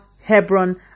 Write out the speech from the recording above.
Hebron